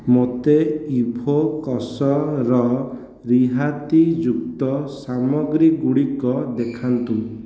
ମୋତେ ଇଭୋକସର ରିହାତିଯୁକ୍ତ ସାମଗ୍ରୀଗୁଡ଼ିକ ଦେଖାନ୍ତୁ